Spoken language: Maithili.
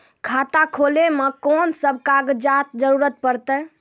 खाता खोलै मे कून सब कागजात जरूरत परतै?